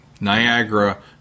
Niagara